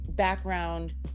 background